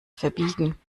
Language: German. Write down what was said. verbiegen